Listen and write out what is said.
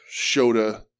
Shota